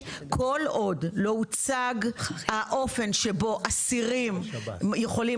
כל עוד לא הוצג האופן שבו אסירים יכולים